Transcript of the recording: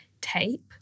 tape